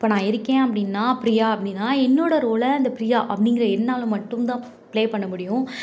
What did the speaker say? இப்போ நான் இருக்கேன் அப்படினா பிரியா அப்படினா என்னோட ரோலை அந்த பிரியா அப்படிங்குற என்னால் மட்டும்தான் பிளே பண்ண முடியும்